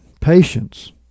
Patience